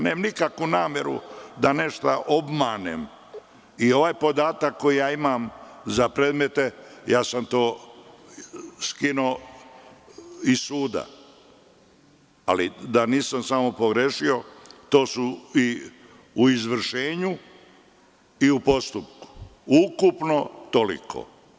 Nemam nikakvu nameru da nešto obmanem, i ovaj podatak koji ja imam za predmete, to sam skinuo iz suda, ali da nisam samo pogrešio, to su u izvršenju i u postupku, ukupno toliko.